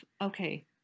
okay